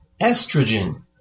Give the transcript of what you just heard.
estrogen